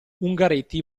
ungaretti